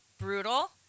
brutal